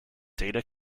data